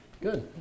good